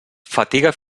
fatiga